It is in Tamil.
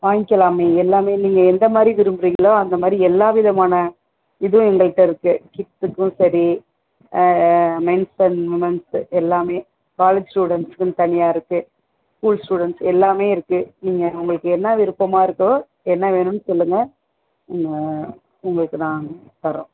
வாய்ங்கலாமே எல்லாமே நீங்கள் எந்த மாதிரி விரும்புறீங்களோ அந்த மாதிரி எல்லா விதமான இதுவும் எங்கள்கிட்ட இருக்கு கிட்ஸுக்கும் சரி மென்ஸ் அண்ட் உமன்ஸு எல்லாமே காலேஜ் ஸ்டூடெண்ட்ஸ்க்குனு தனியாக இருக்கு ஸ்கூல் ஸ்டூடெண்ட்ஸ் எல்லாமே இருக்கு நீங்கள் உங்களுக்கு என்ன விருப்பமாக இருக்கோ என்ன வேணுன்னு சொல்லுங்கள் உங்கள் உங்களுக்கு நாங்க தரோம்